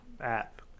app